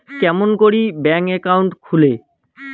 কেমন করি bank account খুলে?